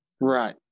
right